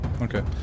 Okay